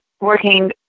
working